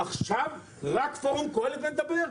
עכשיו רק פורום קהלת מדבר,